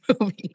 movie